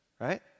right